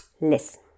listen